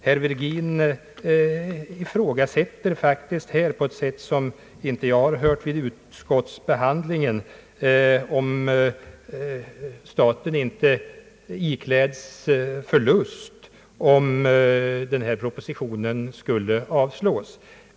Herr Virgin frågar på ett sätt som jag inte hörde vid utskottsbehandlingen, att staten ikläds förlust ifall denna proposition skulle avslås.